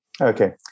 Okay